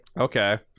okay